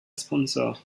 sponsor